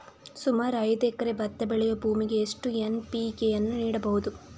ಸುಮಾರು ಐದು ಎಕರೆ ಭತ್ತ ಬೆಳೆಯುವ ಭೂಮಿಗೆ ಎಷ್ಟು ಎನ್.ಪಿ.ಕೆ ಯನ್ನು ನೀಡಬಹುದು?